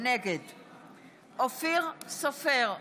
נגד אופיר סופר,